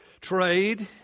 trade